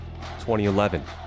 2011